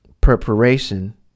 preparation